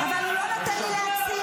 אבל הוא לא נותן לי להציע.